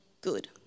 good